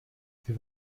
sie